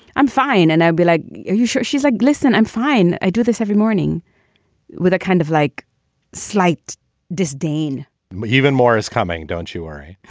i'm fine. and i'll be like, you sure she's a glisson? i'm fine i do this every morning with a kind of like slight disdain even more is coming. don't you worry.